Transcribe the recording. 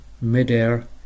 midair